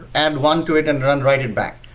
add one to it and and write it back.